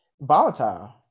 volatile